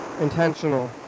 intentional